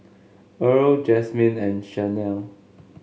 Earl Jasmyne and Chanelle